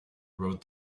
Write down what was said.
through